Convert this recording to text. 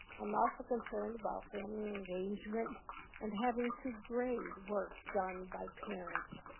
i'm also concerned about family engagement and having to grade work done by parents.